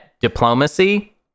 diplomacy